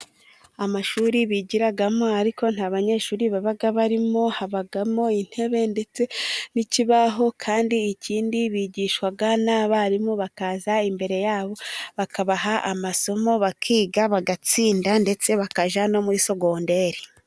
Amashuri bigiramo ariko nta banyeshuri baba barimo, habamo intebe ndetse n'ikibaho kandi ikindi bigishwa n'abarimu, bakaza imbere yabo bakabaha amasomo bakiga, bagatsinda ndetse bakajya no muri sogonderi.